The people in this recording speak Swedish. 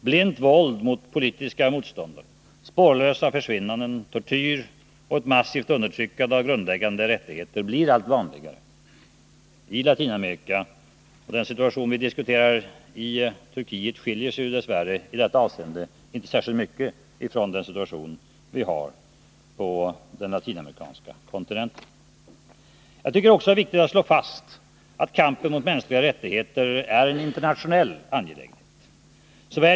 Blint våld mot politiska motståndare, spårlösa försvinnanden, tortyr och ett massivt undertryckande av grundläggande rättigheter blir allt vanligare i Latinamerika, och situationen i Turkiet, som vi just nu diskuterar, skiljer sig ju dess värre i dessa avseenden inte särskilt mycket från situationen på den latinamerikanska kontinenten. Jag tycker också att det är viktigt att slå fast att kampen för mänskliga rättigheter är en internationell angelägenhet.